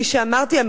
כפי שאמרתי,